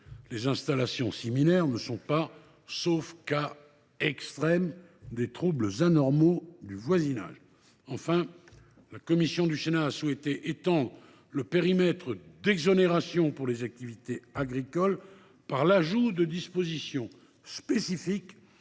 les installations similaires ne sont pas, sauf cas extrême, des troubles anormaux de voisinage. Enfin, le Sénat a souhaité étendre le périmètre d’exonération des activités agricoles par l’ajout de dispositions spécifiques